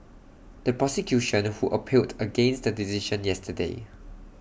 the prosecution who appealed against the decision yesterday